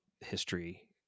history